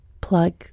plug